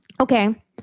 Okay